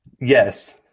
Yes